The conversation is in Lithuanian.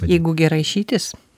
jeigu gera išeitis